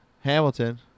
Hamilton